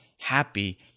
happy